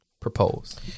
Propose